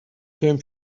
term